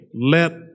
let